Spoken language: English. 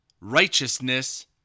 righteousness